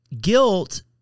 guilt